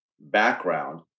background